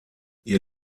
ihr